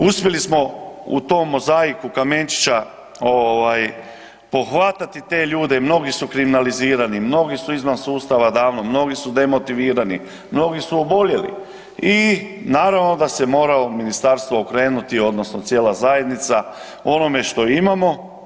Uspjeli smo u tom mozaiku kamenčića pohvatati te ljude, mnogi su kriminalizirani, mnogi su izvan sustava davno, mnogi su demotivirani, mnogi su oboljeli i naravno da se moralo ministarstvo okrenuti odnosno cijela zajednica onome što imamo.